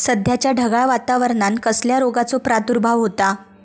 सध्याच्या ढगाळ वातावरणान कसल्या रोगाचो प्रादुर्भाव होता?